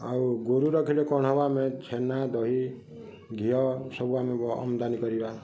ଆଉ ଗୋରୁ ରଖିଲେ କ'ଣ ହବ ଆମେ ଛେନା ଦହି ଘିଅ ସବୁ ଆମେ ଆମଦାନୀ କରିବା